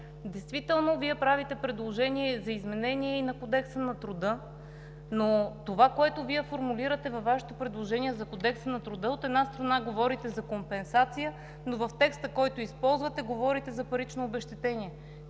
Действително Вие правите предложения за изменение и на Кодекса на труда, но това, което формулирате във Вашето предложение за Кодекса на труда, от една страна, говорите за компенсация, но в текста, който използвате, говорите и за паричното обезщетение.